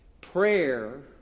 Prayer